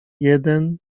jeden